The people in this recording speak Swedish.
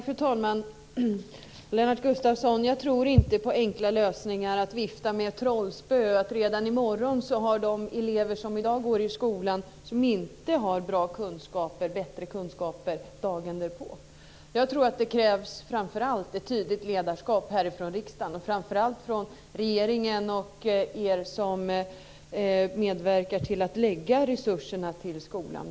Fru talman! Nej, Lennart Gustavsson, jag tror inte på enkla lösningar - inte på att man genom att vifta med trollspö kan ge de elever i skolan som i dag inte har goda kunskaper bättre kunskaper till dagen därpå. Jag tror att det framför allt krävs ett tydligt ledarskap från riksdagen, från regeringen och från er som bl.a. medverkar till att anvisa resurser till skolan.